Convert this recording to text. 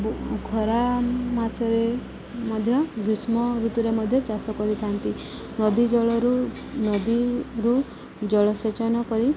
ଖରା ମାସରେ ମଧ୍ୟ ଗ୍ରୀଷ୍ମ ଋତୁରେ ମଧ୍ୟ ଚାଷ କରିଥାନ୍ତି ନଦୀ ଜଳରୁ ନଦୀରୁ ଜଳସେଚନ କରି